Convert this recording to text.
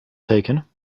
taken